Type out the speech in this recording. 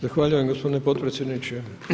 Zahvaljujem gospodine potpredsjedniče.